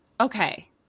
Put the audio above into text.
Okay